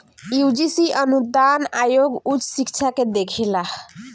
UGC अनुदान आयोग उच्च शिक्षा के देखेला